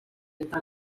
entre